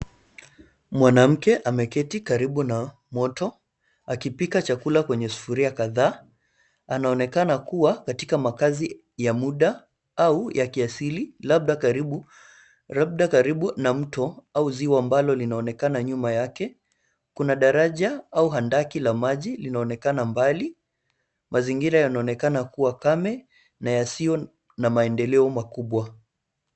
Mwanamke ameketi karibu na moto akipika chakula kwenye sufuria kadhaa. Anaonekana kuwa katika makazi ya muda au ya kiasili labda karibu na mto au ziwa ambalo linaonekana nyuma yake. Kuna daraja au handaki la maji linaonekana mbali. Mazingira yanaonekana kuwa kame na yasiyo na maendeleo makubwa.